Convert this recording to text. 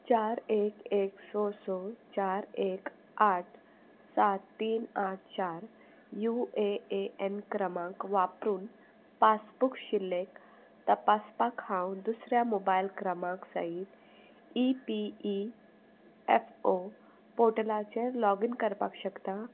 चार एक एक स स चार एक आठ सात तीन आठ चार यु ए ए एन क्रमांक वापरून पासबूक शिल्लक तपासपाक हांव दुसऱ्या मोबायल क्रमांक सयत E P E F O पोर्टलाचेर लॉगीन करपाक शकता